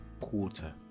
quarter